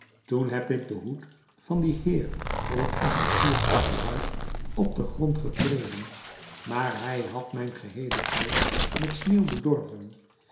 toen heb ik den hoed van dien heer voor het officierkoffiehuis op den grond getreden maar hij had mijn geheele kleed met sneeuw bedorven